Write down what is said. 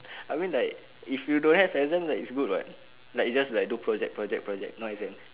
I mean like if you don't have exam that is good [what] like it just like do project project project no exam